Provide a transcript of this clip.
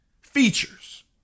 Features